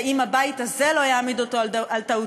ואם הבית הזה לא יעמיד אותו על טעותו,